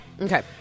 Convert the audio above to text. Okay